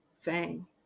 Fang